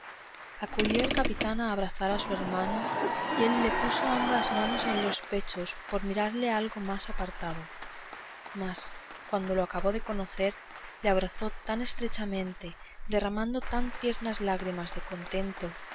acudió el capitán a abrazar a su hermano y él le puso ambas manos en los pechos por mirarle algo más apartado mas cuando le acabó de conocer le abrazó tan estrechamente derramando tan tiernas lágrimas de contento